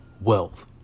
wealth